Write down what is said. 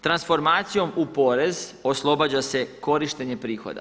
Transformacijom u porez oslobađa se korištenje prihoda.